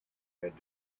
had